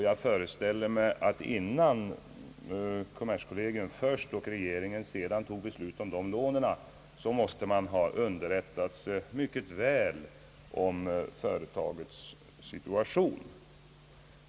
Jag föreställer mig att kommerskollegium och sedan regeringen innan de fattade beslut om lånen måste ha underrättat sig mycket väl om företagets situation.